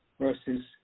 versus